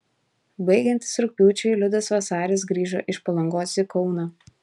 baigiantis rugpjūčiui liudas vasaris grįžo iš palangos į kauną